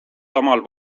samal